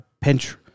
pinch